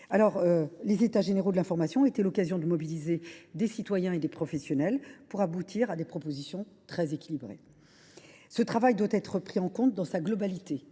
Les États généraux de l’information ont été l’occasion de mobiliser des citoyens et des professionnels pour aboutir à des propositions très équilibrées. Ce travail doit être pris en compte dans sa globalité.